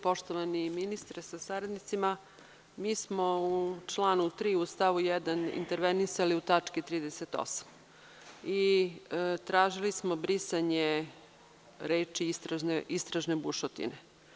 Poštovani ministre sa saradnicima, mi smo u članu 3. u stavu 1. intervenisali u tački 38. i tražili smo brisanje reči „istražne bušotine“